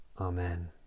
Amen